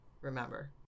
remember